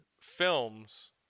films